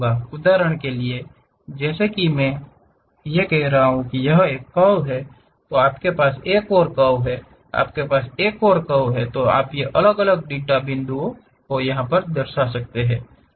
उदाहरण के लिए जैसे कि मैं कह रहा हूं कि यह एक कर्व है आपके पास एक और कर्व है आपके पास एक और कर्व है और आपके पास अलग अलग डेटा बिंदु हैं यहां और वहां